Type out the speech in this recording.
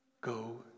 go